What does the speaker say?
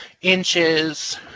inches